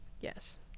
Yes